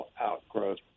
outgrowth